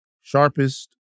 sharpest